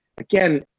Again